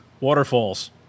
Waterfalls